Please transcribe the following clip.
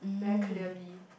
very clearly